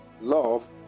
love